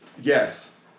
Yes